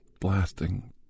blasting